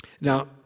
Now